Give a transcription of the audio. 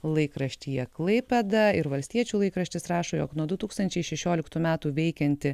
laikraštyje klaipėda ir valstiečių laikraštis rašo jog nuo du tūkstančiai šešioliktų metų veikianti